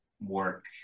work